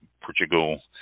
Portugal